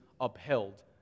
upheld